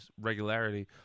regularity